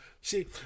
See